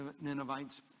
Ninevites